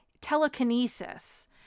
telekinesis